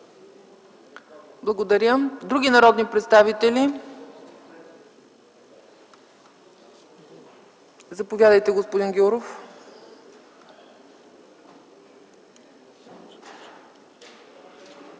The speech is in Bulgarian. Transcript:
Благодаря. Други народни представители? Заповядайте, господин Гяуров.